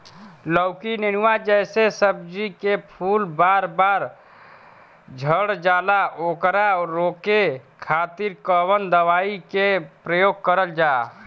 लौकी नेनुआ जैसे सब्जी के फूल बार बार झड़जाला ओकरा रोके खातीर कवन दवाई के प्रयोग करल जा?